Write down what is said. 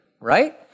right